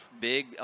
big